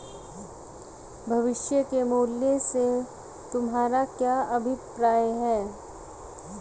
भविष्य के मूल्य से तुम्हारा क्या अभिप्राय है?